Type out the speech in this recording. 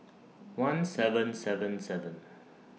one seven seven seven